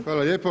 Hvala lijepo.